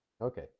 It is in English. Okay